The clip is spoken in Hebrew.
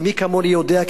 ומי כמוני יודע,